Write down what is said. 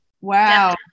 Wow